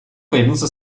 появился